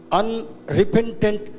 unrepentant